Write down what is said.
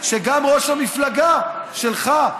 שגם ראש המפלגה שלך,